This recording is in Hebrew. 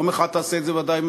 יום אחד תעשה את זה ודאי,